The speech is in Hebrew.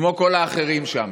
כמו כל האחרים שם